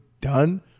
done